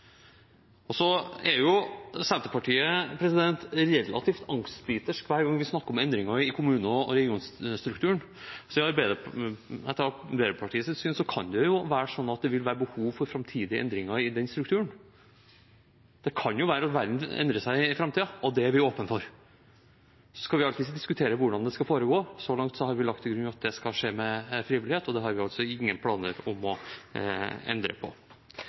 Så er jo Senterpartiet relativt angstbitersk hver gang vi snakker om endringer i kommune- og regionstrukturen. Etter Arbeiderpartiets syn kan det jo være slik at det vil være behov for framtidige endringer i den strukturen. Det kan jo være at verden endrer seg i framtiden, og det er vi åpne for. Så kan vi alltids diskutere hvordan det skal foregå. Så langt har vi lagt til grunn at det skal skje med frivillighet, og det har vi altså ingen planer om å endre på.